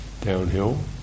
downhill